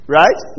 right